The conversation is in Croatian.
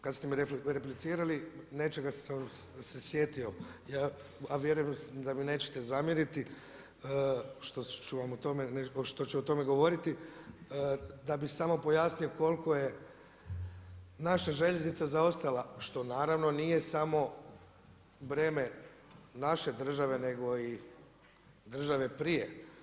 Kada ste mi replicirali nečega sam se sjetio a vjerujem da mi nećete zamjeriti, što ću o tome govoriti, da bih samo pojasnio koliko je naša željeznica zaostala što naravno nije samo breme naše države nego i države prije.